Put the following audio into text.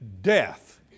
death